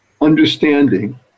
understanding